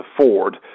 afford